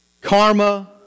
karma